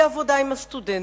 והיא עבודה עם הסטודנטים.